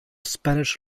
spanish